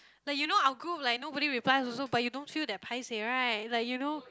like you know our group like nobody replies also but you don't feel that paisei right like you know